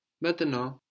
maintenant